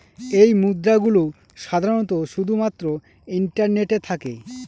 এই মুদ্রা গুলো সাধারনত শুধু মাত্র ইন্টারনেটে থাকে